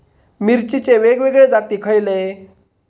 मिरचीचे वेगवेगळे जाती खयले?